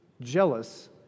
jealous